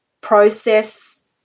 process